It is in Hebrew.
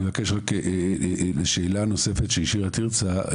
אני רק מבקש שאלה נוספת ששאלה תרצה: